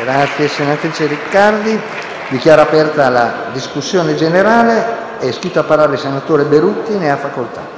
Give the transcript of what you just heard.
una nuova finestra"). Dichiaro aperta la discussione generale. È iscritto a parlare il senatore Berutti. Ne ha facoltà.